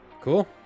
cool